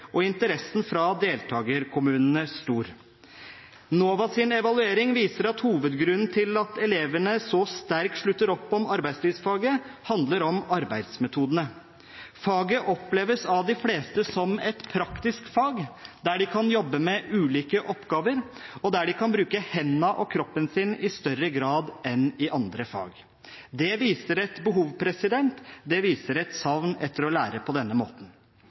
og interessen fra deltakerkommunene stor. NOVAs evaluering viser at hovedgrunnen til at elevene så sterkt slutter opp om arbeidslivsfaget, er arbeidsmetodene. Faget oppleves av de fleste som et praktisk fag, der de kan jobbe med ulike oppgaver, og der de kan bruke hendene og kroppen i større grad enn i andre fag. Det viser et behov – det viser et savn etter å lære på denne måten.